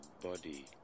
body